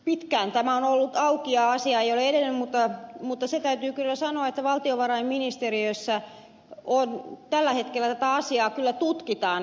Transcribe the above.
pitkään tämä on ollut auki ja asia ei ole edennyt mutta se täytyy kyllä sanoa että valtiovarainministeriössä tällä hetkellä tätä asiaa kyllä tutkitaan